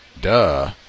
Duh